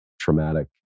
traumatic